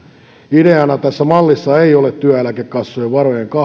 ideana tässä mallissa ei ole työeläkekassojen varojen